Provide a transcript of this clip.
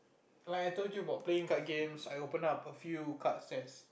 like I told you about playing card games I opened up a few card sets